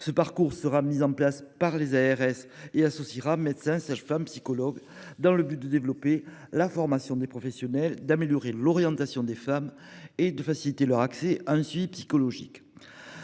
Ce parcours sera mis en place par les agences régionales de santé et associera médecins, sages-femmes et psychologues, afin de développer la formation des professionnels, d'améliorer l'orientation des femmes et de faciliter leur accès à un suivi psychologique.